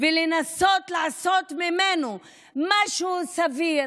ולנסות לעשות ממנו משהו סביר,